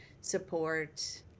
support